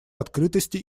открытости